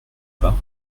bas